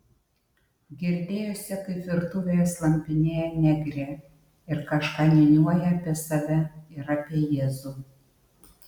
girdėjosi kaip virtuvėje slampinėja negrė ir kažką niūniuoja apie save ir apie jėzų